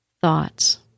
thoughts